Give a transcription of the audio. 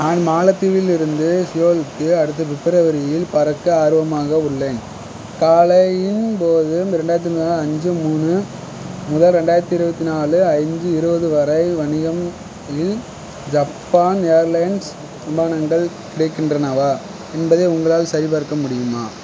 நான் மாலத்தீவிலிருந்து சியோல்க்கு அடுத்த பிப்ரவரி இல் பறக்க ஆர்வமாக உள்ளேன் காலையின் போது ரெண்டாயிரத்தி நாலு அஞ்சு மூணு முதல் ரெண்டாயிரத்தி இருபத்தி நாலு அஞ்சு இருபது வரை வணிகம் இல் ஜப்பான் ஏர்லைன்ஸ் விமானங்கள் கிடைக்கின்றனவா என்பதை உங்களால் சரிபார்க்க முடியுமா